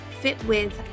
fitwith